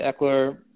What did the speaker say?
Eckler